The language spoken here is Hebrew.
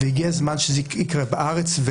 והגיע הזמן שזה יקרה בארץ.